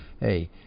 hey